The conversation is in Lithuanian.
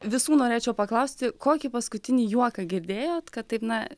visų norėčiau paklausti kokį paskutinį juoką girdėjot kad taip na